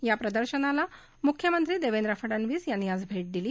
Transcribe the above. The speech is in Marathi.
या प्रदर्शनाला मुख्यमंत्री देवेंद्र फडनवीस यांनी आज भेट दिली